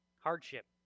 Hardship